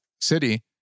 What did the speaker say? city